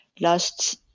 last